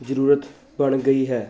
ਜ਼ਰੂਰਤ ਬਣ ਗਈ ਹੈ